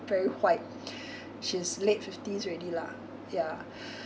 very white she's late fifties already lah ya